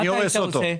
מה היית עושה איתו?